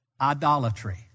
idolatry